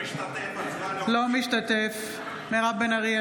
אינו משתתף בהצבעה מירב בן ארי,